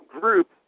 group